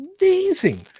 amazing